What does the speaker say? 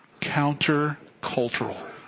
counter-cultural